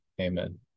amen